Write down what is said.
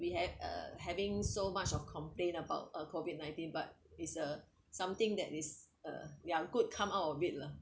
we have uh having so much of complain about uh COVID nineteen but is a something that is a ya good come out of it lah